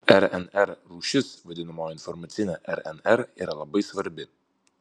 rnr rūšis vadinamoji informacinė rnr yra labai svarbi